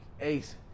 Ace